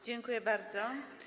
Dziękuję bardzo.